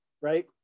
right